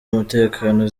umutekano